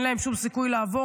אין להם שום סיכוי לעבור,